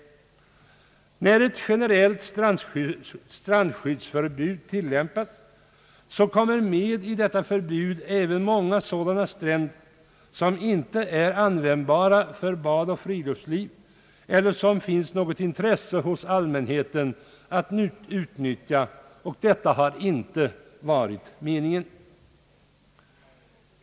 När ett generellt strandskyddsförbud tillämpas, så kommer med i detta förbud även många sådana stränder som inte är användbara för bad och friluftsliv eller som allmänheten inte har något intresse av att utnyttja. Detta har inte varit meningen.